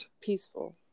peaceful